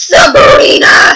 Sabrina